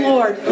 Lord